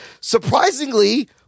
surprisingly